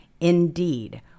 Indeed